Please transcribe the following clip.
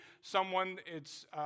someone—it's